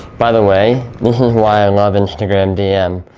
by the way, this is why i love instagram dm.